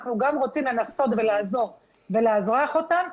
אנחנו גם רוצים לנסות ולעזור ולאזרח אותם.